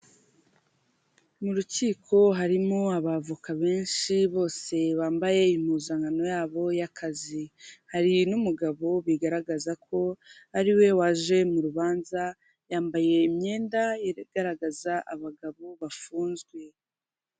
Mu rukiko harimo abavoka benshi Bose bambaye impuzankano yabo y'akazi. Hari n'umugabo bigaragaza ko ariwe waje mu rubanza yambaye imyenda igaragaza abagabo bafunzwe.